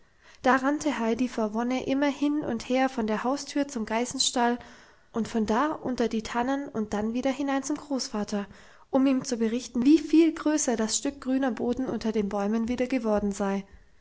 da rannte heidi vor wonne immer hin und her von der haustür zum geißenstall und von da unter die tannen und dann wieder hinein zum großvater um ihm zu berichten wie viel größer das stück grüner boden unter den bäumen wieder geworden sei